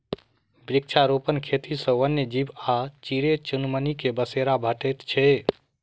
वृक्षारोपण खेती सॅ वन्य जीव आ चिड़ै चुनमुनी के बसेरा भेटैत छै